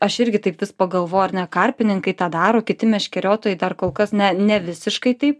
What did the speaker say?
aš irgi taip pagalvojau ar ne karpininkai tą daro kiti meškeriotojai dar kol kas ne ne visiškai taip